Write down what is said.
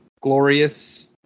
Glorious